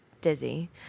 dizzy